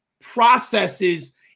processes